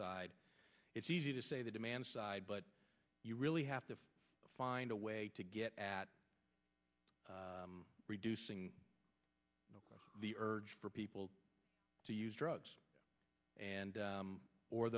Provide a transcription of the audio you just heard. side it's easy to say the demand side but you really have to find a way to get at reducing the urge for people to use drugs and